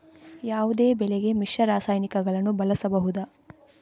ಯಾವುದೇ ಬೆಳೆಗೆ ಮಿಶ್ರ ರಾಸಾಯನಿಕಗಳನ್ನು ಬಳಸಬಹುದಾ?